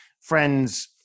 friends